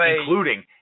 Including